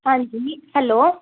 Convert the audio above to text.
ਹਾਂਜੀ ਹੈਲੋ